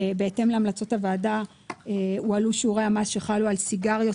בהתאם להמלצות הוועדה הועלו שיעורי המס שחלו על סיגריות,